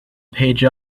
page